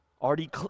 already